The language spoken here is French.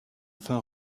enfin